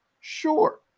Sure